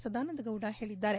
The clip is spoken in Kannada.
ಸದಾನಂದಗೌಡ ಹೇಳಿದ್ದಾರೆ